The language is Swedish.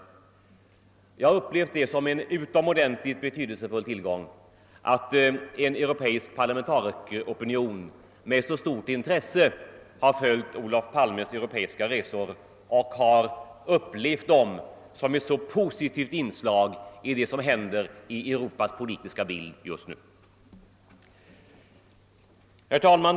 Jag upplever det som en utomordentligt betydelsefull tillgång att en europeisk parlamentarikeropinion med så stort intresse har följt Olof Palmes resor och uppfattat dem som ett så positivt inslag i Europas politiska bild just nu. Herr talman!